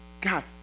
God